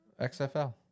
XFL